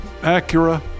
Acura